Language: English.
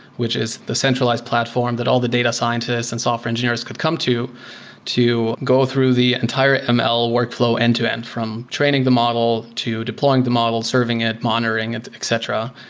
which is the centralized platform that all the data scientists and software engineers could come to to go through the entire ml workflow end-to-end from training the model to deploying the model, serving it, monitoring it, etc,